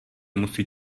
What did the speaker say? musí